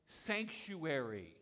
sanctuary